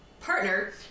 partner